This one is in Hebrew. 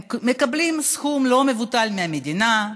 הם מקבלים סכום לא מבוטל מהמדינה,